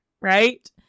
right